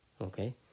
Okay